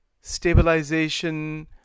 Stabilization